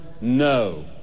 no